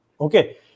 Okay